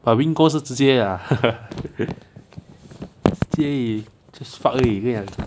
but ringko 是直接 建议 just fuck 而已